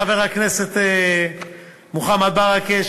חבר הכנסת מוחמד ברכה,